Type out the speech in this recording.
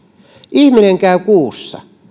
ihminen käy kuussa